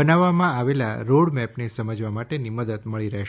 બનાવવામાં આવેલા રોડમેપને સમજવા માટેની મદદ મળી રહેશે